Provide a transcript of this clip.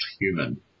human